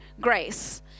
grace